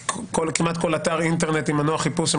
כמעט כל אתר אינטרנט עם מנוע חיפוש,